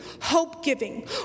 hope-giving